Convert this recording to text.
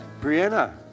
Brianna